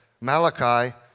Malachi